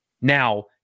Now